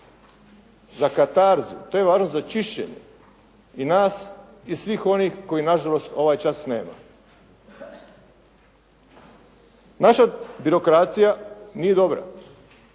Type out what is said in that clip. za katarzu, to je važno za čišćenje i nas i svih onih kojih na žalost ovaj čas nema. Inače birokracija nije dobra.